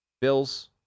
Bills